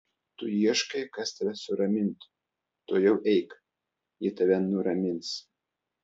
tu ieškai kas tave suramintų tuojau eik ji tave nuramins